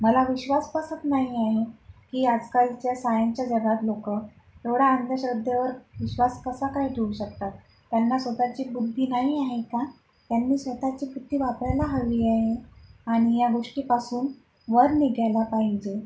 मला विश्वास बसत नाई आहे की आजकालच्या सायनच्या जगात लोकं एवढा अंधश्रद्धेवर विश्वास कसा काय ठेवू शकतात त्यांना स्वतःची बुद्धी नाही आहे का त्यांनी स्वतःची बुद्धी वापरायला हवी आये आनि या गोष्टीपासून वर निगायला पाहिजे